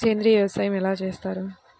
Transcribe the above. సేంద్రీయ వ్యవసాయం ఎలా చేస్తారు?